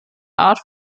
art